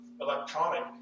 electronic